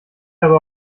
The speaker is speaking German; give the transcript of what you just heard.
habe